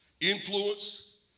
influence